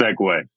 segue